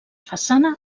façana